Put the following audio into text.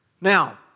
Now